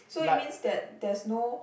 so it means that there's no